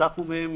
שחסכנו מהן